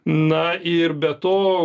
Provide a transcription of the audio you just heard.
na ir be to